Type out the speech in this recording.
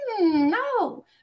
no